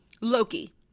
Loki